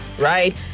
right